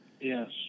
Yes